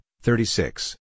thirty-six